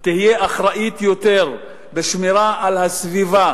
תהיה אחראית יותר בשמירה על הסביבה.